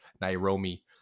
Nairobi